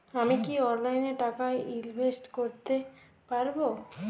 আমি কি অনলাইনে টাকা ইনভেস্ট করতে পারবো?